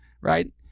Right